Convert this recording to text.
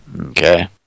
Okay